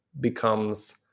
becomes